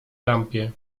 lampie